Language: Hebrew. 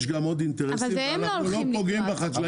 יש עוד אינטרסים, אנחנו לא פוגעים בחקלאים.